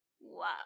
Wow